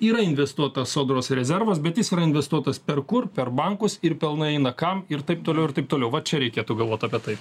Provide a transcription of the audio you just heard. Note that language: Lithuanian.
yra investuotas sodros rezervas bet jis yra investuotas per kur per bankus ir pelnai eina kam ir taip toliau ir taip toliau va čia reikėtų galvot apie tai